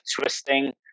twisting